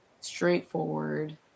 straightforward